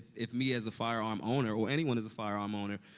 if me, as a firearm owner, or anyone, as a firearm owner,